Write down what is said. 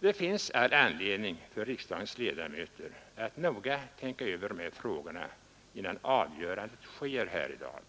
Det finns all anledning för riksdagens ledamöter att noga tänka över de här frågorna innan avgörandet sker i dag.